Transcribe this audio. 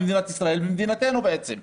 במדינת ישראל מדינתנו בעצם,